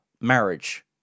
marriage